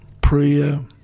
prayer